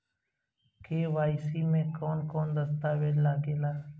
KYC में कवन कवन दस्तावेज लागे ला?